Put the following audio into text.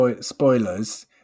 spoilers